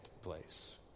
place